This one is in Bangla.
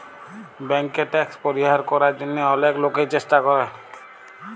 ব্যাংকে ট্যাক্স পরিহার করার জন্যহে অলেক লোকই চেষ্টা করে